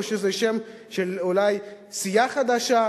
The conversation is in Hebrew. או שזה שם של אולי סיעה חדשה,